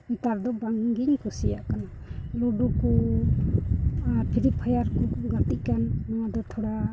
ᱱᱮᱛᱟᱨ ᱫᱚ ᱵᱟᱝᱦᱤᱧ ᱠᱩᱥᱤᱭᱟᱜ ᱠᱟᱱᱟ ᱞᱩᱰᱩ ᱠᱚ ᱯᱷᱤᱨᱤ ᱯᱷᱟᱭᱟᱨ ᱠᱚᱠᱚ ᱜᱟᱛᱮᱜ ᱠᱟᱱ ᱚᱱᱟᱫᱚ ᱛᱷᱚᱲᱟ